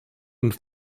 und